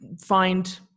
find